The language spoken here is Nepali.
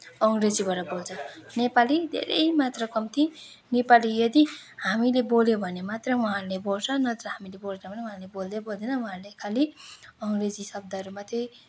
अङ्ग्रेजीबाट बोल्छन् नेपाली धेरै मात्र कम्ती नेपाली यदि हामीले बोल्यौँ भने मात्रै उहाँहरूले बोल्छन् नत्र हामीले बोलेनौँ भने उहाँहरूले बोल्दै बोल्दैनन् उहाँहरूले खालि अङ्ग्रेजी शब्दहरू मात्रै